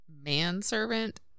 Manservant